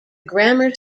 grammar